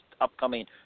upcoming